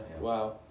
Wow